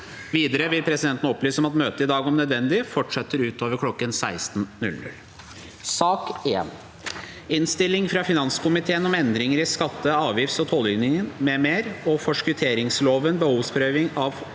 Videre vil presidenten opplyse om at møtet i dag om nødvendig fortsetter utover kl. 16. Sak nr. 1 Innstilling fra finanskomiteen om Endringar i skatte- , avgifts- og tollovgivinga m.m. og forskotteringsloven (behovsprøving av